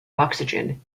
oxygen